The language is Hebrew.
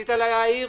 רצית להעיר?